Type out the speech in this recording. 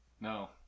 No